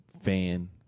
fan